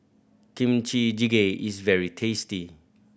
Kimchi Jjigae is very tasty